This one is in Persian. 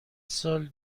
سال